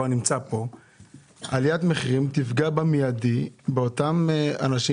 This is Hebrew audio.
עליית המחירים תפגע במיידי באותם אנשים